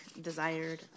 desired